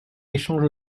échange